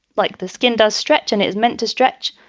like the skin does stretch and is meant to stretch,